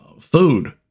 food